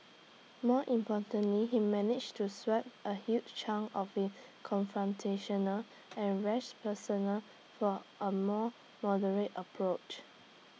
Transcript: more importantly he managed to swap A huge chunk of his confrontational and rash persona for A more moderate approach